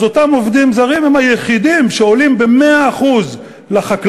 אז אותם עובדים זרים הם היחידים שעולים ב-100% לחקלאי,